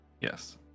yes